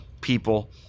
people